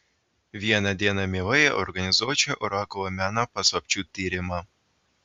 vieną dieną mielai organizuočiau orakulų meno paslapčių tyrimą